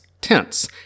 tents